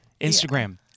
Instagram